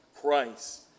Christ